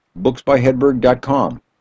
booksbyhedberg.com